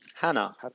Hannah